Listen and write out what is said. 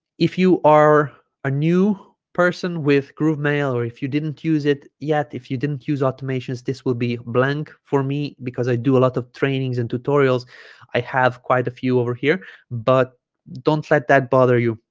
if you are a new person with groovemail or if you didn't use it yet if you didn't use automations this will be blank for me because i do a lot of trainings and tutorials i have quite a few over here but don't let that bother you